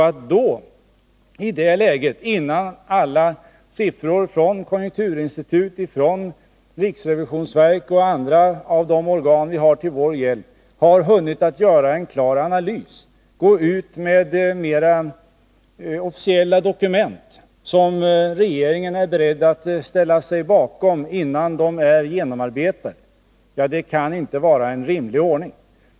Att i det läget, innan konjunkturinstitut, riksrevisionsverk och andra organ vi har till vår hjälp har hunnit göra en klar analys av alla siffror, gå ut med mera officiella prognoser, som regeringen är beredd att ställa sig bakom innan de är genomarbetade, kaninte vara en rimlig ordning.